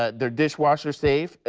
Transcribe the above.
ah they are dishwasher safe,